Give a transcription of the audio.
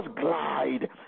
glide